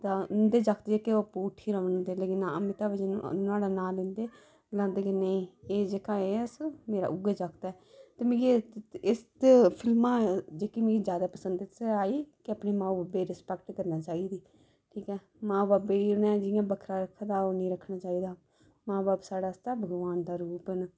तां उं'दे जागत जेह्के ओह् आपूं उत्थै रौंह्दे लेकिन अमिताबचन नुहाड़ा नांऽ लैंदे आखदे कि नेईं ऐ जेह्का एह् मेरा उ'यै जागत ऐ ते मिगी इस फिल्मा जेह्की मी ज्यादा पसंद आई कि अपने माऊ बब्बै दी रिस्पेक्ट करना चाहिदी ठीक ऐ माऊ बब्बै गी उ'नें इयां बक्खरा रक्खे दा हा ओह् नेईं रक्खना चाहिदा मां बब्ब साढ़े आस्तै भगवान दा रूप ना